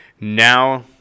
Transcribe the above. now